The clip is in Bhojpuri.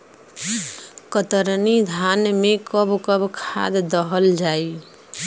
कतरनी धान में कब कब खाद दहल जाई?